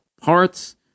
parts